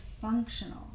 functional